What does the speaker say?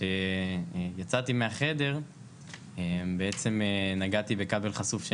וכשיצאתי מהחדר בעצם נגעתי בכבל חשוף של